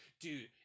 dude